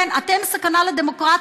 כן, אתם סכנה לדמוקרטיה,